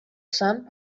sant